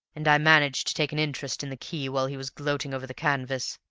and i managed to take an interest in the key while he was gloating over the canvas.